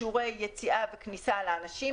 אישורי כניסה ויציאה לאנשים,